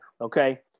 okay